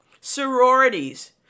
sororities